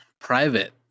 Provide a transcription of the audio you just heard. private